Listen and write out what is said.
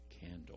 candle